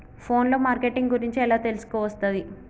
Phone లో marketing గురించి ఎలా తెలుసుకోవస్తది?